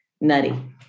nutty